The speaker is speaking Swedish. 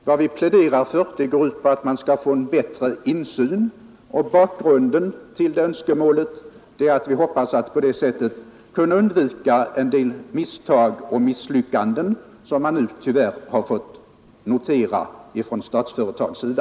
Vad vi på vårt håll pläderar för går ut på att man skall få en bättre insyn. Bakgrunden till det önskemålet är att vi hoppas att på det sättet kunna undvika en del misstag och misslyckanden från Statsföretags sida som man nu tyvärr har fått notera.